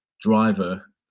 driver